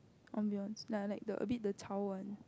ambience ya like the a bit the 吵: chao